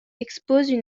exposent